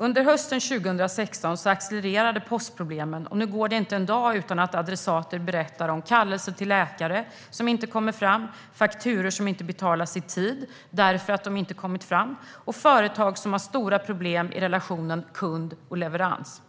Under hösten 2016 accelererade postproblemen. Nu går det inte en dag utan att adressater berättar om kallelser till läkare som inte kommer fram, fakturor som inte betalas i tid därför att de inte kommit fram och företag som har stora problem i relationen kund och leverans.